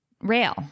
rail